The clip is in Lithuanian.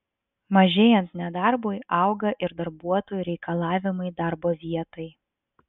mažėjant nedarbui auga ir darbuotojų reikalavimai darbo vietai